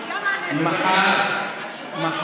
אני גם אענה לו.